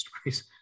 stories